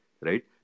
right